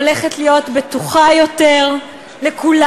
הולכת להיות בטוחה יותר לכולנו.